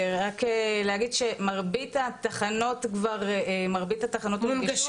רק להגיד שמרבית התחנות מונגשות.